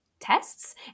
tests